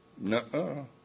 No